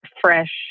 fresh